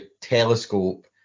telescope